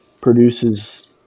produces